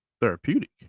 therapeutic